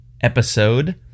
episode